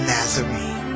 Nazarene